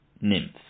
nymph